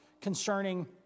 concerning